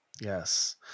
Yes